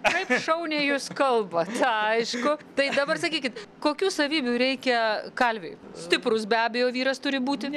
kaip šauniai jūs kalbat aišku tai dabar sakykit kokių savybių reikia kalviui stiprus be abejo vyras turi būti